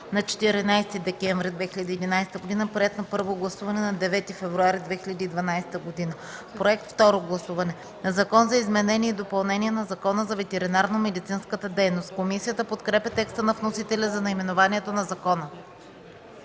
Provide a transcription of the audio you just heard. на 14 декември 2011 г., приет на първо гласуване на 9 февруари 2012 г. „Проект – второ гласуване. „Закон за изменение и допълнение на Закона за ветеринарномедицинската дейност”.” Комисията подкрепя текста на вносителя за наименованието на закона.